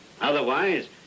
Otherwise